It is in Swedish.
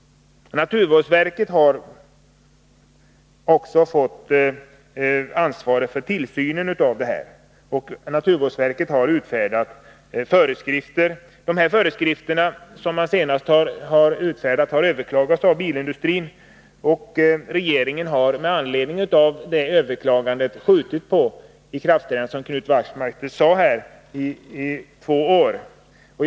Naturvårdsverket, som har fått ansvaret för tillsynen på detta område, har utfärdat tillämpningsföreskrifter till bilavgaskungörelsen. De föreskrifter som verket senast har utfärdat har överklagats av bilindustrin. Regeringen har, som Knut Wachtmeister sade, med anledning av detta överklagande skjutit två år på ikraftträdandet av tillämpningsföreskrifterna.